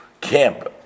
camp